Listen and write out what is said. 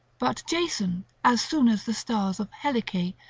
but jason, as soon as the stars of heliee,